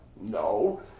No